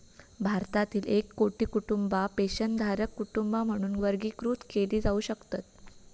भारतातील एक कोटी कुटुंबा पेन्शनधारक कुटुंबा म्हणून वर्गीकृत केली जाऊ शकतत